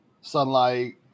sunlight